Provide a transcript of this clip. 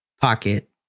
pocket